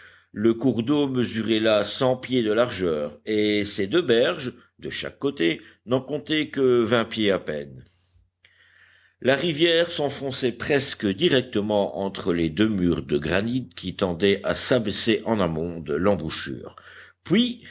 le cours d'eau mesurait là cent pieds de largeur et ses deux berges de chaque côté n'en comptaient que vingt pieds à peine la rivière s'enfonçait presque directement entre les deux murs de granit qui tendaient à s'abaisser en amont de l'embouchure puis